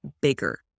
bigger